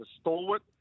stalwart